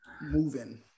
moving